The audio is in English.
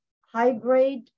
high-grade